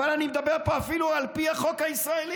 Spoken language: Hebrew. אבל אני מדבר פה אפילו על פי החוק הישראלי,